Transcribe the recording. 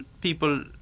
people